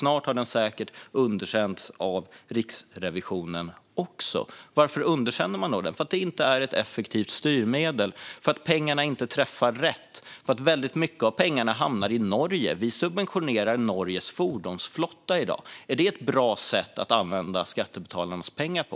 Snart har den säkert underkänts också av Riksrevisionen. Varför underkänns den? Därför att den inte är ett effektivt styrmedel och därför att pengarna inte träffar rätt. Mycket av pengarna hamnar i Norge. Vi subventionerar Norges fordonsflotta i dag. Är det ett bra sätt att använda skattebetalarnas pengar på?